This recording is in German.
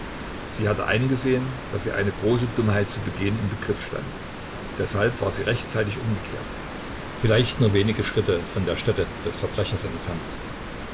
sie hatte eingesehen daß sie eine große dummheit zu begehen im begriff stand deshalb war sie rechtzeitig umgekehrt vielleicht nur wenige schritte von der stätte des verbrechers entfernt